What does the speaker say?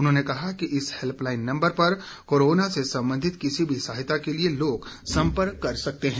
उन्होंने कहा कि इस हेल्पलाइन नंबर पर कोरोना से संबंधित किसी भी सहायता के लिए लोग संपर्क कर सकते हैं